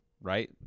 right